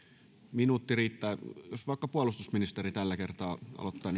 minuutti riittää jos vaikka puolustusministeri tällä kertaa aloittaa